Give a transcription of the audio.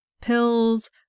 pills